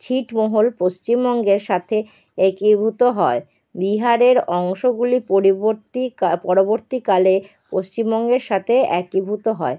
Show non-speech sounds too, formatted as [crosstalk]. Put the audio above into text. ছিটমহল পশ্চিমবঙ্গের সাথে একীভূত হয় বিহারের অংশগুলি [unintelligible] পরবর্তীকালে পশ্চিমবঙ্গের সাথে একীভূত হয়